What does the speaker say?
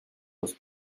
los